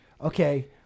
Okay